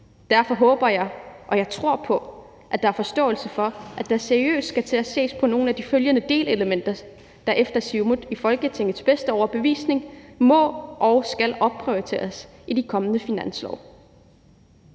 Derfor håber jeg og tror jeg på, at der er forståelse for, at der seriøst skal til at ses på nogle af de følgende delelementer, der efter Siumut i Folketingets bedste overbevisning må og skal opprioriteres i de kommende finanslove: